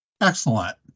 Excellent